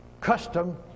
custom